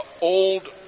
old